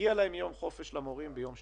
מגיע למורים יום חופש ביום שלישי.